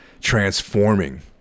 transforming